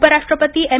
उपराष्ट्रपती एम